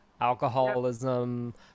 alcoholism